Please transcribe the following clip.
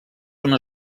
una